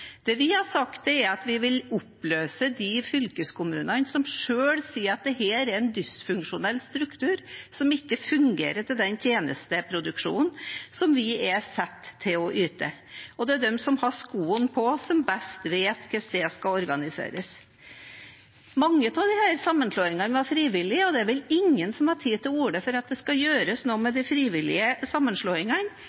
Det vi har sagt, er at vi vil oppløse de fylkeskommunene som selv sier at dette er en dysfunksjonell struktur som ikke fungerer til den tjenesteproduksjonen som de er satt til å yte. Det er den som har skoen på, som best hvordan det skal organiseres. Mange av disse sammenslåingene var frivillige, og det er vel ingen som har tatt til orde for at det skal gjøres noe med